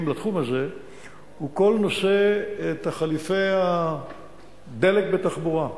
לתחום הזה הוא כל נושא תחליפי הדלק בתחבורה,